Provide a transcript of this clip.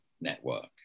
Network